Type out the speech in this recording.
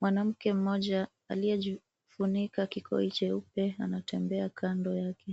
Mwanamke mmoja aliyejifunika kikoi cheupe anatembea kando yake.